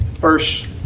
first